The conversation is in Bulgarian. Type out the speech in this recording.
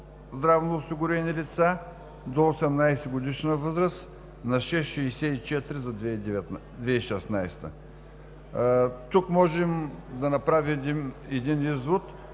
здравноосигурени лица до 18-годишна възраст на 6,64% за 2016 г. Тук можем да направим един извод